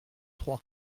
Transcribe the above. trois